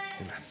Amen